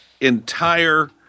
entire